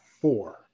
four